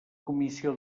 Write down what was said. comissió